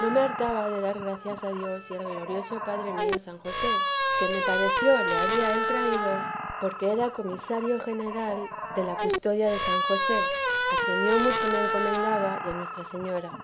no me hartaba de dar gracias a dios y al glorioso padre mío san josé que me pareció le había él traído porque era comisario general de la custodia de san josé a quien yo mucho me encomendaba y a nuestra señora